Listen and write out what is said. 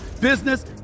business